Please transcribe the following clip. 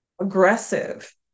aggressive